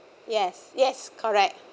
yes yes correct